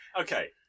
Okay